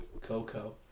Coco